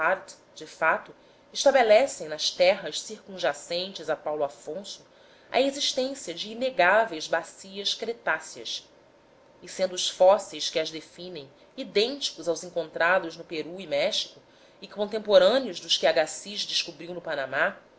hartt de fato estabelecem nas terras circunjacentes a paulo afonso a existência de inegáveis bacias cretáceas e sendo os fósseis que as definem idênticos aos encontrados no peru e méxico e contemporâneos dos que agassiz descobriu no panamá